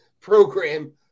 program